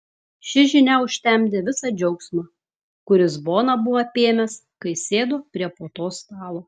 ši žinia užtemdė visą džiaugsmą kuris boną buvo apėmęs kai sėdo prie puotos stalo